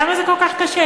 למה זה כל כך קשה?